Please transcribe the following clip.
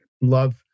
love